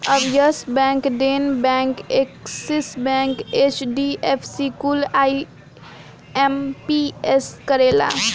अब yes bank, Dena bank, axis bank, HDFC कुल IMPS करेला